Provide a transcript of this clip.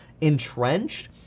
entrenched